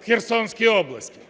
в Херсонській області.